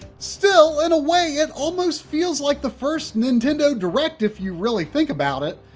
still, in a way it almost feels like the first nintendo direct if you really think about it.